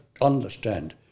understand